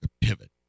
pivot